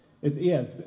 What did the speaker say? yes